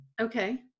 Okay